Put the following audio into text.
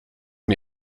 mir